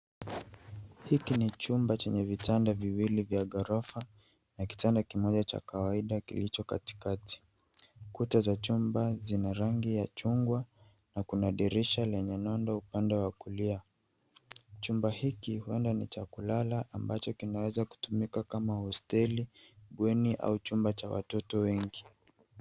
Hiki ni chumba chenye vitanda viwili vya ghorofa na kitanda kimoja cha kawaida kilicho katikati. Kuta za chumba zina rangi ya chungwa na kuna dirisha lenye nondo upande wa kulia. Chumba hiki huenda ni cha kulala ambacho kimeweza kutumika kama hosteli, bweni au chumba cha watoto wengi.